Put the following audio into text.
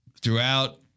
throughout